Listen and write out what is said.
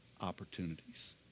opportunities